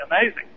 amazing